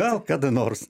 gal kada nors